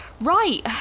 right